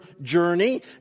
journey